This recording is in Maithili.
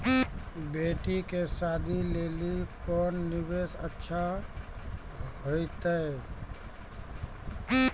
बेटी के शादी लेली कोंन निवेश अच्छा होइतै?